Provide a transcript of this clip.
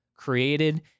created